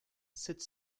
sept